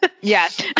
yes